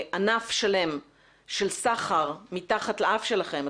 ענף שלם של סחר מתחת לאף שלכם.